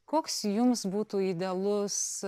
koks jums būtų idealus